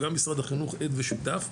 גם משרד החינוך עד ושותף,